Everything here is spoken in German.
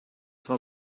zwar